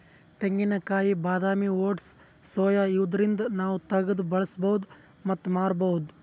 ತೆಂಗಿನಕಾಯಿ ಬಾದಾಮಿ oats soya ಇವ್ದರಿಂದ್ ನಾವ್ ತಗ್ದ್ ಬಳಸ್ಬಹುದ್ ಮತ್ತ್ ಮಾರ್ಬಹುದ್